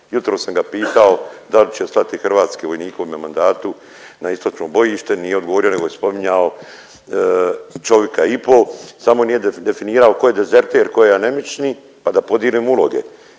Jutros sam ga pitao da li će slati hrvatske vojnike u ovome mandatu na istočno bojište nije odgovorio nego je spominjao čovika i po samo nije definirao tko je dezerter tko je anemični pa da podijelimo uloge,